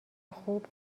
خوب